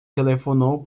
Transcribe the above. telefonou